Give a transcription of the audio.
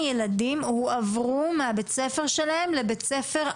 כמה ילדים הועברו מבית הספר שלהם לבית ספר אחר.